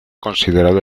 considerado